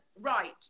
Right